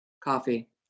coffee